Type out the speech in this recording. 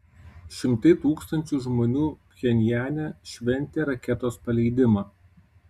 šimtai tūkstančių žmonių pchenjane šventė raketos paleidimą